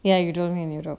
ya you don't in europe